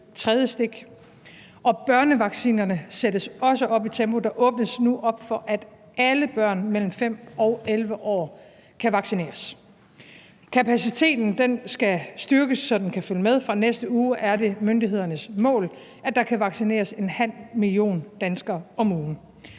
stik, og børnevaccinerne sættes også op i tempo. Der åbnes nu for, at alle børn mellem 5-11 år kan vaccineres. Kapaciteten skal styrkes, så den kan følge med. Fra næste uge er det myndighedernes mål, at der kan vaccineres en halv million danskere om ugen.